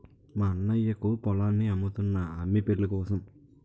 మా అన్నయ్యకు పొలాన్ని అమ్ముతున్నా అమ్మి పెళ్ళికోసం